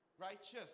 righteous